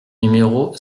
numéro